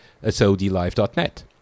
sodlive.net